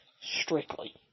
Strictly